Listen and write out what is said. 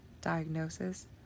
diagnosis